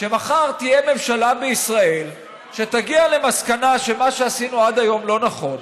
שמחר תהיה ממשלה בישראל שתגיע למסקנה שמה שעשינו עד היום לא נכון.